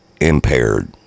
impaired